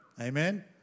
Amen